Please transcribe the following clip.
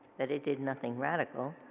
that it did nothing radical,